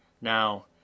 now